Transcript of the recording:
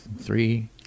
three